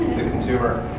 consumer.